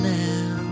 now